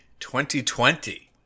2020